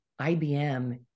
IBM